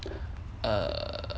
err